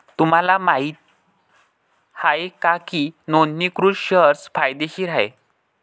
तुम्हाला माहित आहे का की नोंदणीकृत शेअर्स फायदेशीर आहेत?